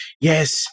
yes